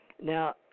now